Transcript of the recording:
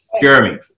Jeremy